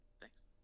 Thanks